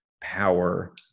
power